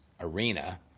arena